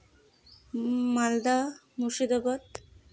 Malda Murshidabad